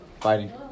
Fighting